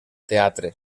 teatre